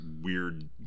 weird